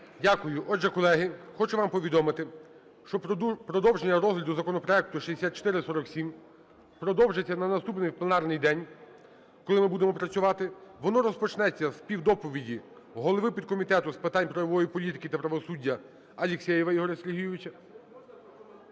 Дякую. Отже, колеги, хочу вам повідомити, що продовження розгляду законопроекту 6447 продовжиться на наступний пленарний день, коли ми будемо працювати. Воно розпочнеться з співдоповіді голови підкомітету з питань правової політики і правосуддя Алексєєва Ігоря Сергійовича.